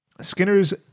skinner's